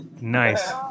nice